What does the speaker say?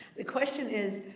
the question is,